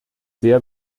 sehr